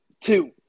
Two